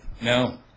No